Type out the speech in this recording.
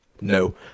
no